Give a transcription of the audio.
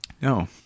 No